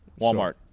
Walmart